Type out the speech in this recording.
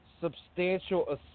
substantial